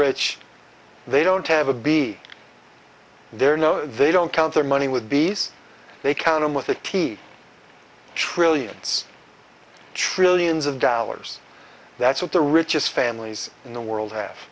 rich they don't have a b there are no they don't count their money with bees they count him with a t trillions trillions of dollars that's what the richest families in the world have